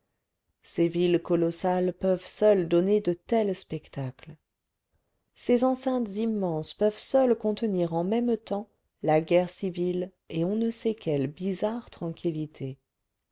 ces villes colossales peuvent seules donner de tels spectacles ces enceintes immenses peuvent seules contenir en même temps la guerre civile et on ne sait quelle bizarre tranquillité